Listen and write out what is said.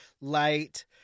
light